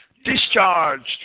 Discharged